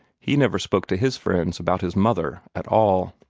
he never spoke to his friends about his mother at all.